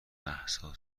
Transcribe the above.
مهسا